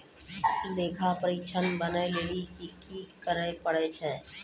लेखा परीक्षक बनै लेली कि करै पड़ै छै?